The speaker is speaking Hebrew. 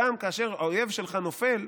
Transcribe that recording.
גם כאשר האויב שלך נופל.